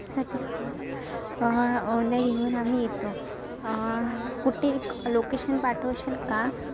साठी हवा आहे नाही घेऊन आम्ही येतो कुठे लोकेशन पाठवाल का